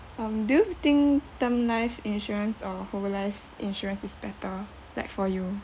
um do you think term life insurance or whole life insurance is better like for you